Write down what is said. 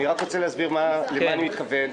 אני רוצה להסביר אל מה אני מתכוון.